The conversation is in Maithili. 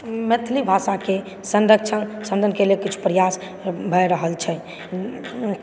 मैथिली भाषाकेँ संरक्षणके लिए कुछ प्रयास भए रहल छै